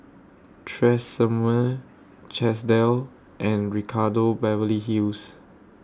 Tresemme Chesdale and Ricardo Beverly Hills